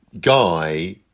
guy